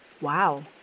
Wow